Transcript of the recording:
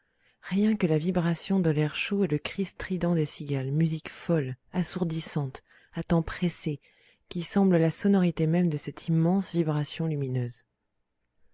rien que la vibration de l'air chaud et le cri strident des cigales musique folle assourdissante à temps pressés qui semble la sonorité même de cette immense vibration lumineuse